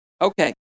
Okay